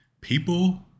people